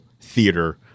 theater